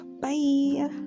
bye